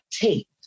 tape